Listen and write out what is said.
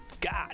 god